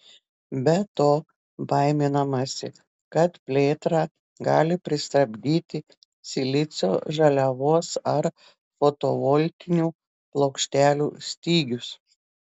be to baiminamasi kad plėtrą gali pristabdyti silicio žaliavos ar fotovoltinių plokštelių stygius